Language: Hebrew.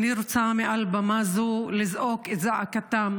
לתמוך בהצעת החוק שלי